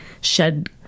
shed